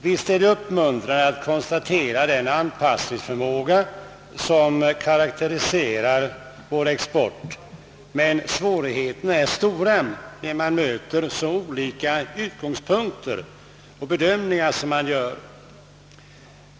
Visst är det uppmuntrande att konstatera den anpassningsförmåga som karakteriserar vår export, men svårigheterna är stora när utgångspunkterna och bedömningarna är så olika.